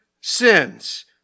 sins